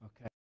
okay